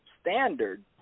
standard